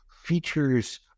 features